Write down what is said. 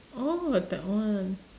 oh that one